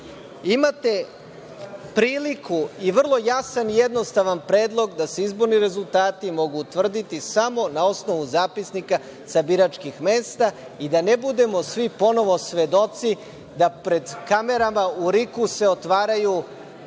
Imate priliku i vrlo jasan i jednostavan predlog da se izborni rezultati mogu utvrditi samo na osnovu zapisnika sa biračkih mesta, da ne budemo svi ponovo svedoci da pred kamerama u RIK se otvaraju